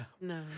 No